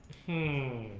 he